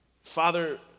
Father